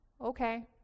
Okay